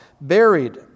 buried